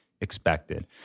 expected